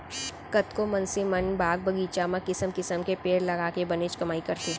कतको मनसे मन बाग बगीचा म किसम किसम के पेड़ लगाके बनेच कमाई करथे